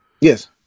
Yes